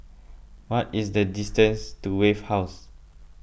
what is the distance to Wave House